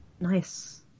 Nice